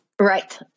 Right